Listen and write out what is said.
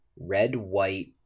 red-white